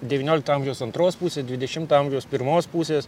devyniolikto amžiaus antros pusės dvidešimto amžiaus pirmos pusės